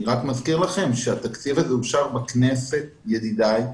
אני רק מזכיר לכם שהתקציב הזה אושר בכנסת, ידידיי,